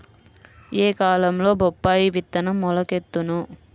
ఏ కాలంలో బొప్పాయి విత్తనం మొలకెత్తును?